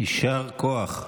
יישר כוח.